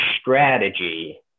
strategy